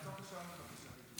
לעצור את השעון בבקשה.